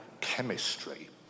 chemistry